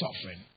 suffering